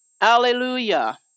Hallelujah